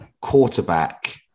quarterback